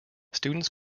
students